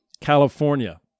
California